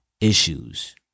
issues